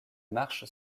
marche